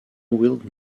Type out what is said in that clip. wheeled